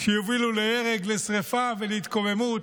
שיובילו להרג, לשרפה ולהתקוממות,